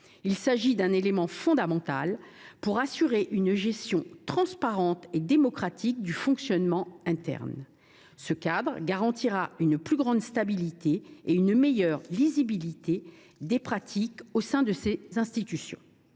Il s’agit d’un élément fondamental pour assurer une gestion transparente et démocratique du fonctionnement interne des chambres. Ce cadre garantira une plus grande stabilité et une meilleure lisibilité des pratiques au sein de ces institutions.